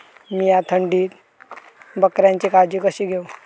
मीया थंडीत बकऱ्यांची काळजी कशी घेव?